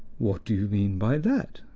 what do you mean by that?